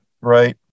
right